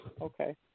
Okay